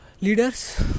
Leaders